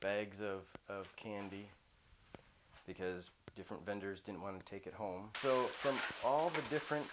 bags of candy because different vendors didn't want to take it home so all the different